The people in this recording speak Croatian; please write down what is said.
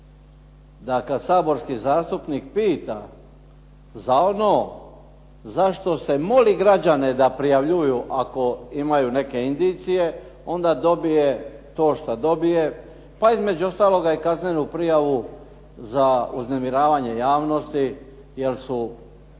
da kad saborski zastupnik pita za ono za što se moli građane da prijavljuju ako imaju neke indicije, onda dobije to šta dobije, pa između ostaloga i kaznenu prijavu za uznemiravanje javnosti, jer su